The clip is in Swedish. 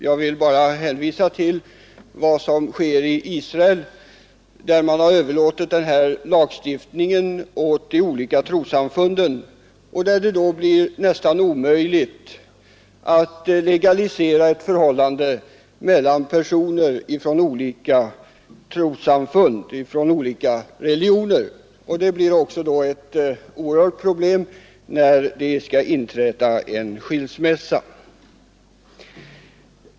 Jag vill bara hänvisa till vad som sker i Israel, där man överlåtit denna lagstiftning åt de olika trossamfunden och där det är nästan omöjligt att legalisera ett förhållande mellan personer med olika religioner. Det blir också oerhörda problem vid en skilsmässa.